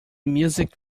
music